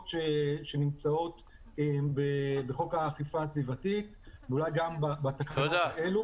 שנמצאות בחוק האכיפה הסביבתית ואולי גם בתקנות האלה,